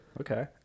Okay